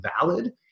valid